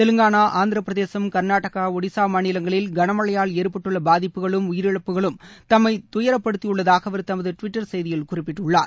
தெலங்கானா ஆந்திரபிரதேசம் கா்நாடகா ஒடிஸா மாநிலங்களில் களமழையால் ஏற்பட்டுள்ள பாதிப்புகளும் உயிரிழப்புகளும் தம்மை துயரப்படுத்தியுள்ளதாக அவர் தமது டுவிட்டர் செய்தியில் குறிப்பிட்டுள்ளார்